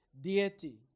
deity